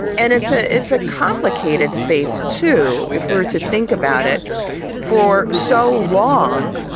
and it's a it's a complicated space to if we're to think about it for so long,